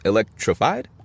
Electrified